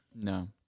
No